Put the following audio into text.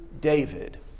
David